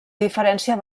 diferència